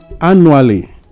annually